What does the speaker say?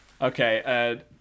okay